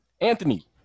Anthony